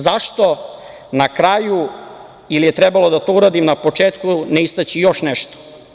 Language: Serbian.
Zašto na kraju ili je trebalo da to uradim na početku, ne istaći još nešto?